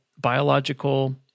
biological